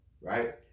right